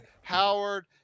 Howard